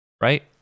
right